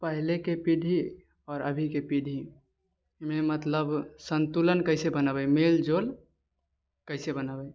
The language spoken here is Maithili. पहलेके पीढ़ी आओर अभीके पीढ़ीमे मतलब सन्तुलन कैसे बनेबै मेलजोल कैसे बनेबै